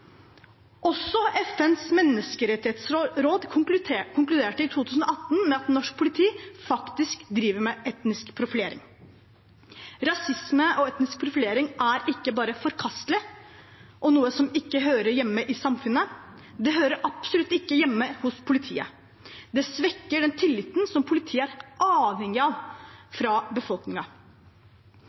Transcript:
konkluderte i 2018 med at norsk politi faktisk driver med etnisk profilering. Rasisme og etnisk profilering er ikke bare forkastelig og noe som ikke hører hjemme i samfunnet – det hører absolutt ikke hjemme hos politiet. Det svekker den tilliten som politiet er avhengig av fra